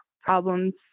problems